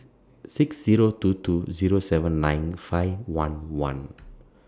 six Zero two two Zero seven nine five one one